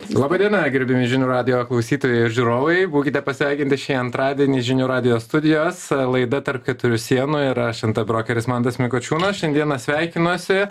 laba diena gerbiami žinių radijo klausytojai ir žiūrovai būkite pasveikinti šį antradienį žinių radijo studijos laida tarp keturių sienų ir aš nt brokeris mantas mikučiūnas šiandieną sveikinuosi